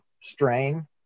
strain